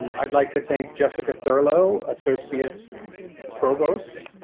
um i'd like to thank jessica thurlow, associate provost,